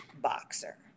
boxer